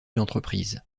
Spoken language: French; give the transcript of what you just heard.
l’entreprise